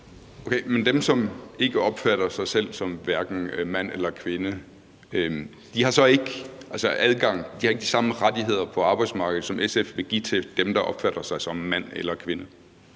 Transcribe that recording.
dem, som hverken opfatter sig selv som mand eller kvinde, har så ikke de samme rettigheder på arbejdsmarkedet, som SF vil give til dem, der opfatter sig som mand eller kvinde?